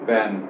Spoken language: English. Ben